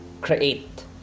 create